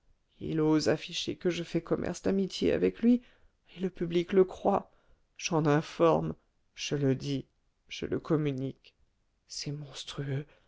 il ose afficher que je fais commerce d'amitié avec lui et le public le croit j'en informe je le dis je le communique c'est monstrueux